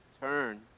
turn